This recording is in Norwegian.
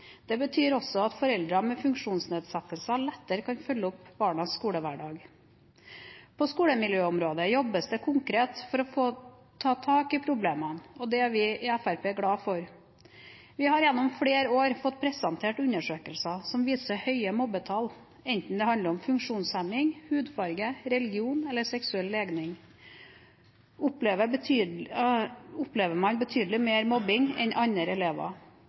Det betyr også at foreldre med funksjonsnedsettelser lettere kan følge opp barnas skolehverdag. På skolemiljøområdet jobbes det konkret for å ta tak i problemene, og det er vi i Fremskrittspartiet glad for. Vi har gjennom flere år fått presentert undersøkelser som viser høye mobbetall blant barn og unge, enten det handler om funksjonshemning, hudfarge, religion eller seksuell legning, at de opplever betydelig mer mobbing enn andre elever.